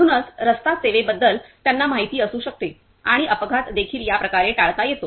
म्हणूनच रस्ता सेवेबद्दल त्यांना माहिती असू शकते आणि अपघात देखील या प्रकारे टाळता येतो